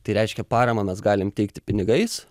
tai reiškia paramą mes galim teikti pinigais